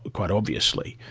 quite obviously.